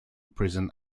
prison